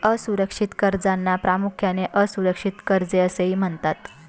असुरक्षित कर्जांना प्रामुख्याने असुरक्षित कर्जे असे म्हणतात